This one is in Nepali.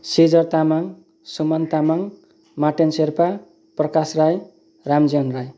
सिजर तामङ सुमन तामङ माटेन शेर्पा प्रकाश राई राम जीवन राई